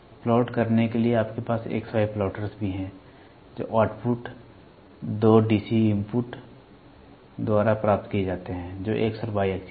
plot करने के लिए आपके पास XY प्लॉटर्स भी हैं जो आउटपुट दो DC इनपुट्स द्वारा प्राप्त किए जाते हैं जो X और Y एक्सिस हैं